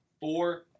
Four